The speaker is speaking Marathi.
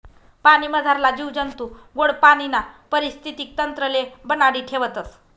पाणीमझारला जीव जंतू गोड पाणीना परिस्थितीक तंत्रले बनाडी ठेवतस